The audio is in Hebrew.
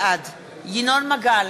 בעד ינון מגל,